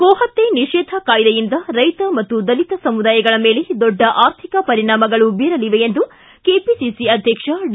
ಗೋಹತ್ತೆ ನಿಷೇಧ ಕಾಯ್ದೆಯಿಂದ ರೈತ ಮತ್ತು ದಲಿತ ಸಮುದಾಯಗಳ ಮೇಲೆ ದೊಡ್ಡ ಆರ್ಥಿಕ ಪರಿಣಾಮಗಳು ಬೀರಲಿವೆ ಎಂದು ಕೆಪಿಸಿಸಿ ಅಧ್ಯಕ್ಷ ಡಿ